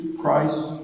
Christ